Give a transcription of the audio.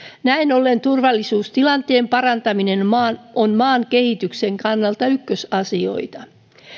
näin ollen turvallisuustilanteen parantaminen on maan kehityksen kannalta ykkösasioita